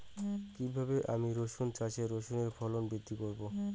কীভাবে আমি রসুন চাষে রসুনের ফলন বৃদ্ধি করব?